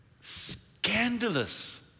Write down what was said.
scandalous